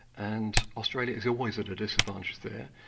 and australia is always at a disadvantage there,